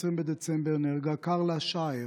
20 בדצמבר, נהרגה קארלה שאער,